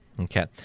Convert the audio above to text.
Okay